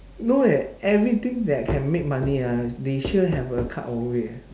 no eh everything that can make money ah they sure have a cut over it